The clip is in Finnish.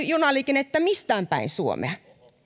junaliikennettä mistään päin suomea